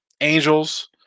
Angels